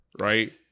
right